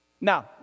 Now